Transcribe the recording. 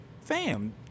fam